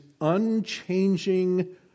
unchanging